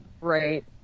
right